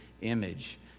image